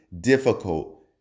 difficult